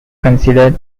considered